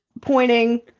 Pointing